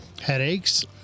Headaches